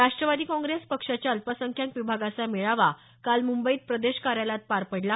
राष्टवादी काँग्रेस पक्षाच्या अल्पसंख्याक विभागाचा मेळावा काल मुंबईत प्रदेश कार्यालयात पार पडला